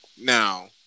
Now